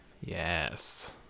Yes